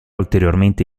ulteriormente